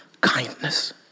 kindness